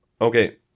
Okay